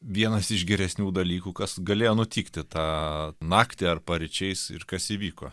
vienas iš geresnių dalykų kas galėjo nutikti tą naktį ar paryčiais ir kas įvyko